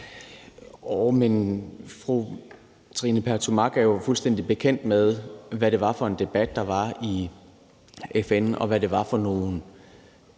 men fru Trine Pertou Mach er jo fuldstændig bekendt med, hvad det var for en debat, der var i FN, og hvad det var for nogle